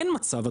אין מצב,